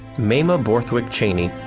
mamah borthwick cheney,